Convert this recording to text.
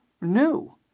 new